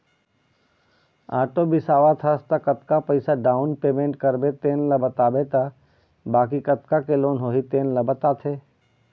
auto बिसावत हस त कतका पइसा डाउन पेमेंट करबे तेन ल बताबे त बाकी कतका के लोन होही तेन ल बताथे